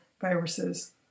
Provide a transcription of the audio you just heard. viruses